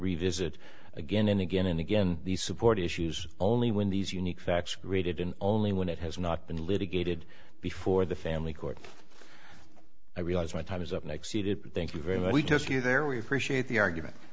revisit again and again and again these support issues only when these unique facts created and only when it has not been litigated before the family court i realize my time is up next eat it but thank you very much we took you there we appreciate the argument